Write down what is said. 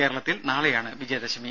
കേരളത്തിൽ നാളെയാണ് വിജയദശമി